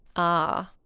ah,